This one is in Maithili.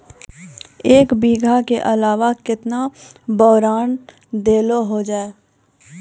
एक बीघा के अलावा केतना बोरान देलो हो जाए?